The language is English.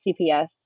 CPS